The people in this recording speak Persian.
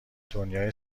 دنیای